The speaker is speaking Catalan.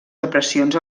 depressions